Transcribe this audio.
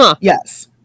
Yes